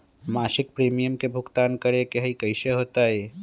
मासिक प्रीमियम के भुगतान करे के हई कैसे होतई?